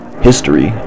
history